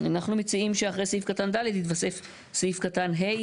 אנחנו מציעים שאחרי סעיף קטן (ד) יתווסף סעיף קטן (ה)